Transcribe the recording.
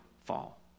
fall